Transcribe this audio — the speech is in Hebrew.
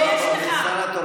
תתבייש לך.